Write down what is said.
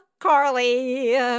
Carly